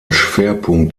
schwerpunkt